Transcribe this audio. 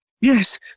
yes